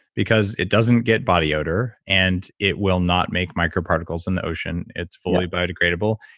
because it doesn't get body odor and it will not make microparticles in the ocean. it's fully biodegradable.